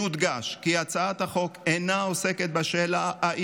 יודגש כי הצעת החוק אינה עוסקת בשאלה אם